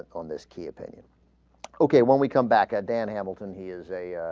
on this cupid yeah okay when we come back ed and hamilton he is a ah.